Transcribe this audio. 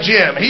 Jim